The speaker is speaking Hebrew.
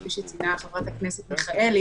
כפי שציינה חברת הכנסת מיכאלי.